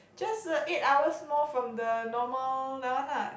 just eight hours more from the normal that one lah